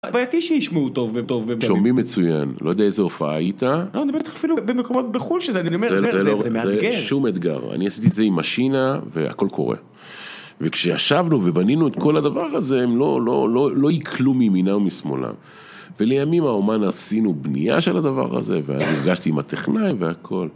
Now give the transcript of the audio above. בעייתי שהשמעו טוב וטוב, שומעים מצוין, לא יודע איזה הופעה היית. אני אומר לך, אפילו במקומות בחו"ל שזה, אני אומר, זה מאתגר. שום אתגר, אני עשיתי את זה עם משינה והכל קורה. וכשישבנו ובנינו את כל הדבר הזה, הם לא עיכלו מימינם ומשמאלם. ולימים האומן עשינו בנייה של הדבר הזה, ונפגשתי עם הטכנאי והכל.